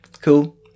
Cool